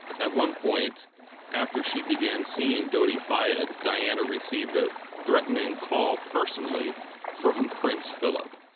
at one point after she began seeing dodi fayed, diana received a threatening call personally from prince philip.